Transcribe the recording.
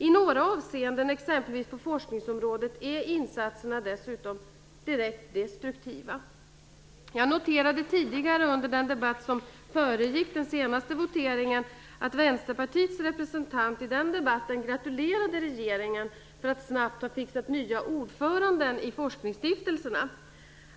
I några avseenden, exempelvis på forskningsområdet, är insatserna dessutom direkt destruktiva. Jag noterade under den debatt som föregick den senaste voteringen att Vänsterpartiets representant gratulerade regeringen för att den snabbt fixat fram nya ordföranden i forskningsstiftelserna.